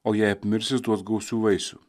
o jei apmirs jis duos gausių vaisių